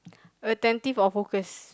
attentive or focus